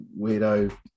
weirdo